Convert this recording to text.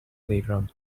playground